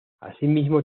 asimismo